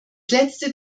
letzte